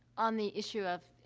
on the issue of, ah,